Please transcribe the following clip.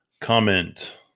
comment